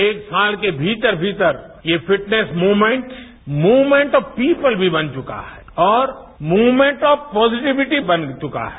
एक साल के भीतर भीतर ये fitness movement movement of people भी बन चुका है और मुकमेंट ऑफ पॉजिटिविटी बन चुका है